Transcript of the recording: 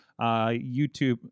YouTube